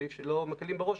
שלא מקלים בה ראש,